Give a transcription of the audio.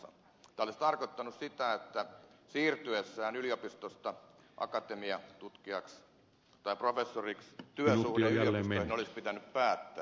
tämä olisi tarkoittanut sitä että siirryttäessä yliopistosta akatemian tutkijaksi tai professoriksi työsuhde yliopistoon olisi pitänyt päättää